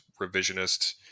revisionist